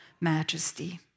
Majesty